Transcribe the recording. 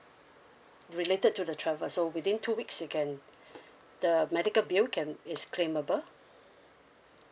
related to the travel so within two weeks you can the medical bill can it's claimable